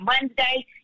Wednesday